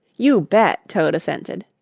you bet! toad assented.